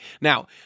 Now